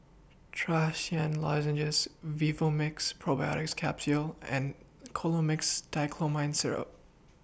Trachisan Lozenges Vivomixx Probiotics Capsule and Colimix Dicyclomine Syrup